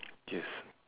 yes